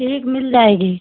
ठीक मिल जाएगी